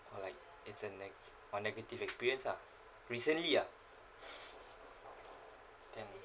or like it's a ne~ a negative experience ah recently ah can